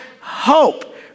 hope